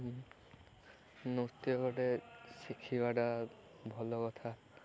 ନୃତ୍ୟ ଗୋଟେ ଶିଖିବାଟା ଭଲ କଥା